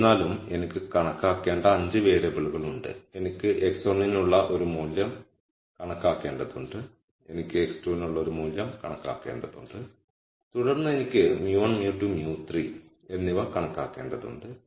എന്നിരുന്നാലും എനിക്ക് കണക്കാക്കേണ്ട 5 വേരിയബിളുകൾ ഉണ്ട് എനിക്ക് x1 നുള്ള ഒരു മൂല്യം കണക്കാക്കേണ്ടതുണ്ട് എനിക്ക് x2 നുള്ള ഒരു മൂല്യം കണക്കാക്കേണ്ടതുണ്ട് തുടർന്ന് എനിക്ക് μ1 μ2 μ3 എന്നിവ കണക്കാക്കേണ്ടതുണ്ട്